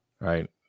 right